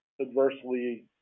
Adversely